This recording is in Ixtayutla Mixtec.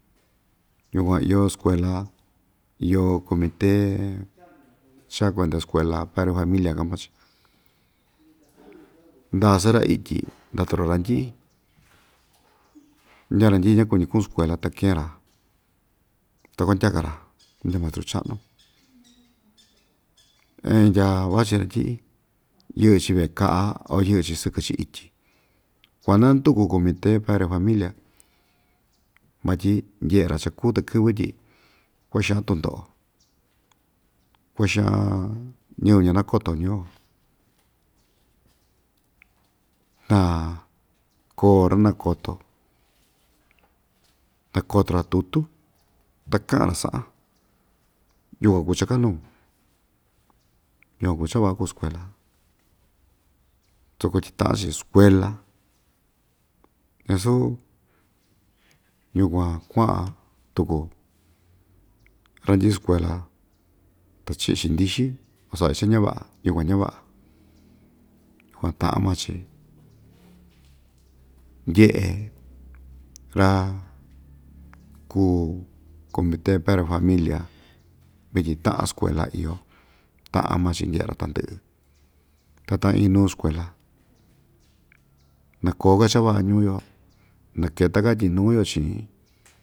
Yukuan iyo skuela iyo komité cha‑kuenda skuela padre familia ka'an maa‑chi ndasɨ‑ra ityi ndatu‑ra randyi'i indya randyi'i ñakuñi ku'un skuela ta keen‑ra ta kuandyaka‑ra nu ndya mastru cha'nu endya vachi randyi'i yɨ'ɨ‑chi ve'e ka'a o yɨ'ɨ‑chi sɨkɨ‑chi ityi kuandanduku komite padre familia vatyi ndye'e‑ra cha‑kuu takɨ́vɨ tyi kua'a xan tundo'o kua'a xan ñɨvɨ ñanakoto ñuu‑yo na koo ra‑nakoto ta koto‑ra tutu ta ka'an‑ra sa'an yukuan kuu cha‑kanuu yukuan kuu cha va'a kuu skuela soko tyi ta'an‑chi skuela ñasu yukuan kua'an tuku randyi'i skuela ta chi'i‑chi ndixi o sa'a‑chi cha‑ñava'a yukuan ñava'a yukuan ta'an maa‑chi ndye'e ra‑kuu komité padre familia vityin ta'an skuela iyo ta'an maa‑chi ndye'e‑ra tandɨ'ɨ ta ta'an iin nuu skuela nakoo‑ka cha va'a ñuu‑yo na keta‑ka ityi nuu‑yo chi'in.